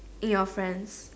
in your friends